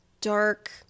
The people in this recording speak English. dark